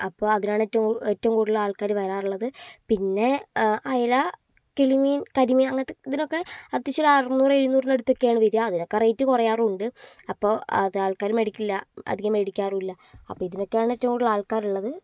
അപ്പോൾ അതിനാണ് ഏറ്റവും എറ്റവും കൂടുതൽ ആൾക്കാർ വരാറുള്ളത് പിന്നെ അയല കിളിമീൻ കരിമീൻ അങ്ങനെത്തതിനൊക്കെ അത്യാവശ്യമൊരു അറുന്നൂറ് എഴുന്നൂറിനടുത്തൊക്കെയാണ് വരിക അതിനൊക്കെ റേറ്റ് കുറയാറുണ്ട് അപ്പോൾ അതാൾക്കാർ മേടിക്കില്ല അധികം മേടിക്കാറുമില്ല അപ്പോൾ ഇതിനൊക്കെയാണ് എറ്റവും കൂടുതൾ ആൾക്കാരുള്ളത്